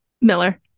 miller